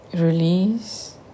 release